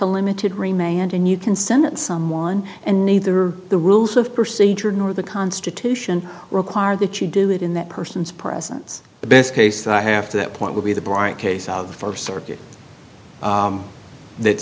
a limited remained and you can send that someone and neither the rules of procedure nor the constitution require that you do it in that person's presence the best case i have to that point would be the bryant case out for circuit that